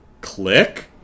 Click